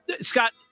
Scott